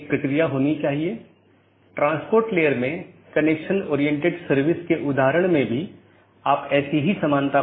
पथ को पथ की विशेषताओं के रूप में रिपोर्ट किया जाता है और इस जानकारी को अपडेट द्वारा विज्ञापित किया जाता है